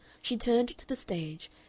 she turned to the stage,